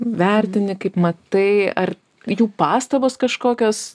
vertini kaip matai ar jų pastabos kažkokios